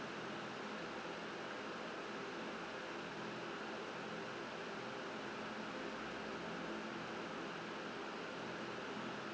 okay can